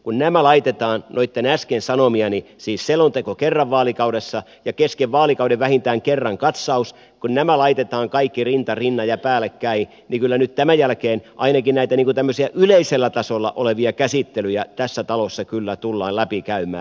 kun nämä laitetaan noitten äsken sanomieni kanssa siis selonteko kerran vaalikaudessa ja kesken vaalikauden vähintään kerran katsaus kaikki rinta rinnan ja päällekkäin niin kyllä nyt tämän jälkeen ainakin näitä tämmöisiä yleisellä tasolla olevia käsittelyjä tässä talossa tullaan läpikäymään